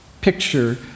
picture